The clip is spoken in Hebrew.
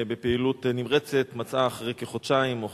1. האם נחקרו תלונות בעבר?